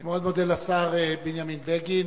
אני מאוד מודה לשר בנימין בגין.